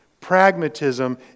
Pragmatism